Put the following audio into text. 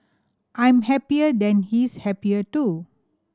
I'm happier and he's happier too